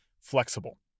flexible